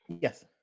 Yes